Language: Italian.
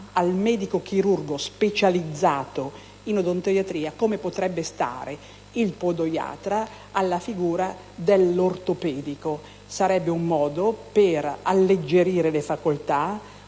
al medico chirurgo specializzato in odontoiatria come potrebbe stare il podoiatra alla figura dell'ortopedico. Sarebbe un modo per alleggerire le facoltà,